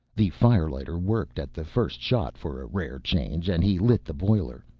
the firelighter worked at the first shot, for a rare change, and he lit the boiler.